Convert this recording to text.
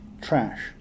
trash